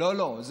לא, לא.